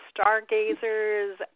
stargazers